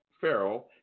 Pharaoh